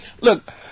Look